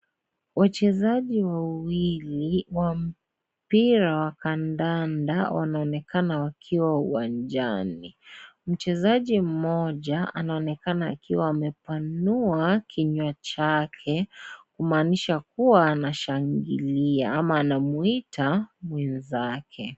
Wachezaji wawili wa mpira wa kandanda wanonekana wakiwa uwanjani, mchezaji mmoja anaonekana akiwa amepanua kinywa chake kumaanisha kuwa anashangilia ama anamuita wenzake.